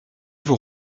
vous